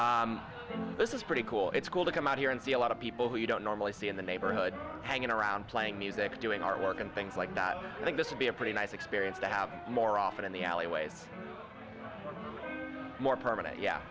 alleyway this is pretty cool it's cool to come out here and see a lot of people who you don't normally see in the neighborhood hanging around playing music doing our work and things like that i think this would be a pretty nice experience to have more often in the alleyways more permanent yeah